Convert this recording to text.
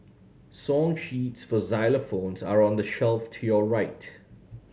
song sheets for xylophones are on the shelf to your right